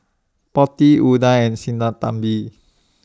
Potti Udai and Sinnathamby